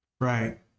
Right